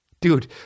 Dude